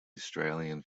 australian